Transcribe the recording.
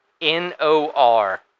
N-O-R